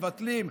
מבטלים.